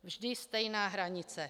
Vždy stejná hranice.